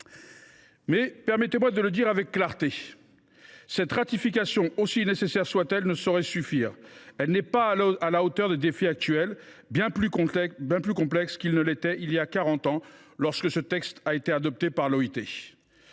moi toutefois de le dire avec clarté : cette ratification, aussi nécessaire soit elle, ne saurait suffire. Elle n’est pas à la hauteur des défis actuels, bien plus complexes qu’ils ne l’étaient il y a quarante ans lorsque ce texte a été adopté par l’OIT.